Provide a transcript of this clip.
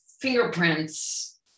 fingerprints